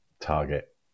target